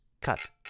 Cut